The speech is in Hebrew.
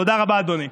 תודה רבה, אדוני.